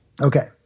Okay